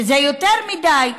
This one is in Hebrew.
שזה יותר מדי,